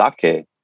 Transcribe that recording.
sake